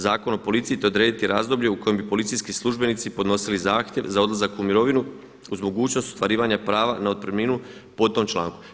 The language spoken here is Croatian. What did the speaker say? Zakona o policiji te odrediti razdoblje u kojem bi policijski službenici podnosili zahtjev za odlazak u mirovinu uz mogućnost ostvarivanja prava na otpremninu po tom članku.